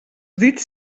dits